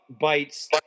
bites